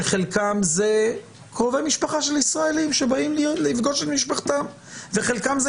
חלקם הם קרובי משפחה של ישראלים שבאים לפגוש את משפחתם וחלקם זה